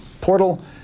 portal